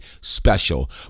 special